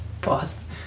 boss